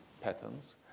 patterns